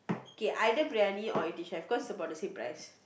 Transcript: K either briyani or Eighteen-Chefs cause about the same price